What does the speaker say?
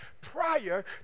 prior